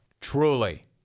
Truly